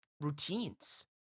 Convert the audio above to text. routines